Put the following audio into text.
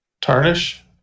tarnish